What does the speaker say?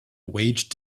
wage